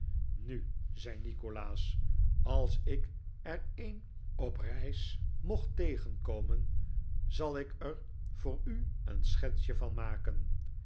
nu zei nikolaas als ik er een op reis mocht tegenkomen zal ik er voor u een schetsje van maken